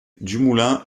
dumoulin